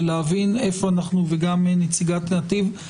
ולנציגת נתיב,